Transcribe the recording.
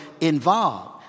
involved